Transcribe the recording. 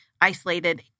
isolated